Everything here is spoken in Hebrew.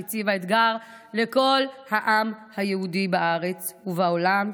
שהציבה אתגר לכל העם היהודי בארץ ובעולם,